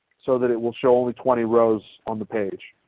so that it will show only twenty rows on the page.